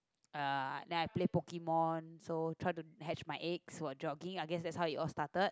uh then I play Pokemon so try to hatch my egg while jogging I guess that is how it all started